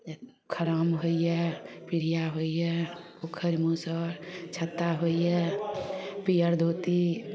खराम होइए पीढ़िया होइए उखरि मूसर छत्ता होइए पियर धोती